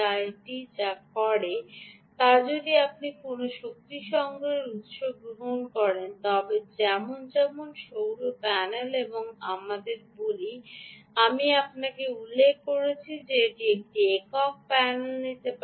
এটি যা করে তা যদি আপনি কোনও শক্তি সংগ্রহের উত্স গ্রহণ করেন তবে যেমন যেমন সৌর প্যানেল এবং আমি আপনাকে উল্লেখ করছি যে একটি একক প্যানেল নিতে পারে